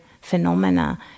phenomena